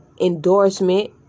endorsement